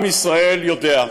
עם ישראל יודע,